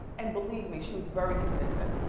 and believe me, she was very convincing.